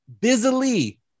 busily